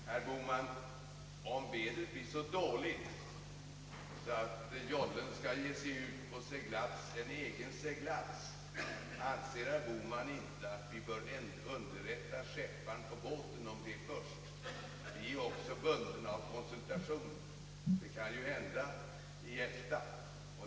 Herr talman! Om vädret är så dåligt, att jollen skall ge sig ut på en egen seglats, vill jag fråga herr Bohman: Anser herr Bohman inte att vi skulle underrätta skepparen på båten först? Vi är också bundna av konsultationer i EFTA.